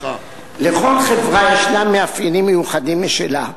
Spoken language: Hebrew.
חברה יש מאפיינים מיוחדים משלה,